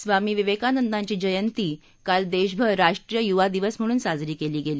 स्वामी विवेकानंदांची जयंती काल देशभर राष्ट्रीय युवा दिवस म्हणून साजरी केली गेली